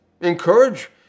encourage